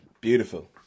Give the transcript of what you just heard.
Beautiful